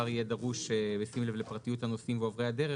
יהיה דרוש בשים לב לפרטיות הנוסעים ועוברי הדרך.